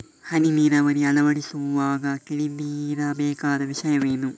ಹನಿ ನೀರಾವರಿ ಅಳವಡಿಸುವಾಗ ತಿಳಿದಿರಬೇಕಾದ ವಿಷಯವೇನು?